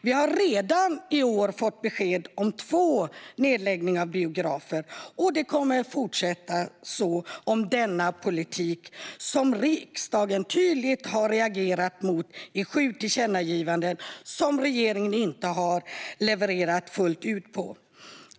Vi har i år redan fått besked om två nedläggningar av biografer, och så kommer det att fortsätta med denna politik som riksdagen tydligt har reagerat mot i sju tillkännagivanden som regeringen ännu inte levererat fullt ut på.